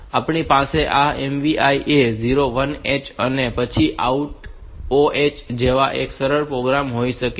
તેથી આપણી પાસે આ MVI A01H અને પછી OUT 0 H જેવો એક સરળ પ્રોગ્રામ હોઈ શકે છે